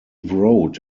wrote